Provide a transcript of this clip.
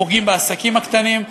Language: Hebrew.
פוגעים בעסקים הקטנים.